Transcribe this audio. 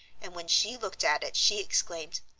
and when she looked at it she exclaimed,